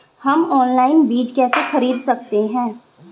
हम ऑनलाइन बीज कैसे खरीद सकते हैं?